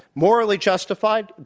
morally justified,